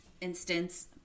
instance